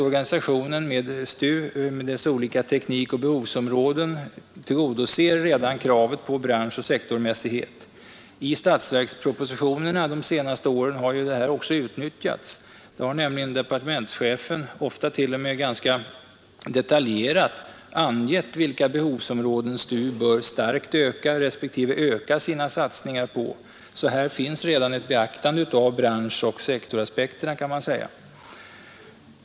Organisationen av STU med dess olika teknikoch behovsområden tillgodoser redan kravet på branschoch sektormässighet. I statsverkspropositionerna de senaste åren har detta också utnyttjats. Där har nämligen departementschefen, ofta t.o.m. ganska detaljerat, angett vilka behovsområden STU bör starkt öka respektive öka sina satsningar på. Så här finns redan ett beaktande av branschoch sektoraspekterna.